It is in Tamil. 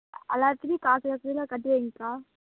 எல்லாத்துலையும் கால் கிலோ கிலோ கட்டி வைங்க்கா